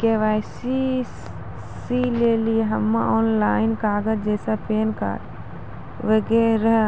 KYC लेली हम्मय online कागज जैसे पैन कार्ड वगैरह